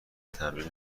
تمرین